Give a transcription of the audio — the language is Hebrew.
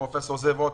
לפרופ' זאב רוטשטיין,